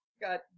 Got